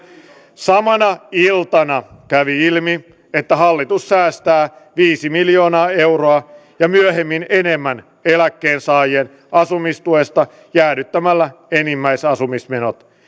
samana iltana kävi ilmi että hallitus säästää viisi miljoonaa euroa ja myöhemmin enemmän eläkkeensaajien asumistuesta jäädyttämällä enimmäisasumismenot